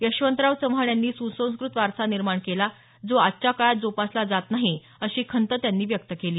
यशवंतराव चव्हाण यांनी सुसंस्कृत वारसा निर्माण केला तो आजच्या काळात जोपासला जात नाही अशी खंत त्यांनी व्यक्त केली